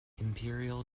imperial